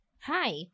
Hi